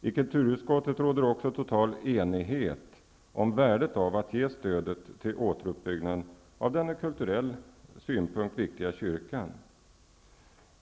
I kulturutskottet råder också total enighet om värdet av att ge stöd till återuppbyggnaden av den från kulturell synpunkt viktiga kyrkan.